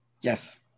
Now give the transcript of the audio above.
Yes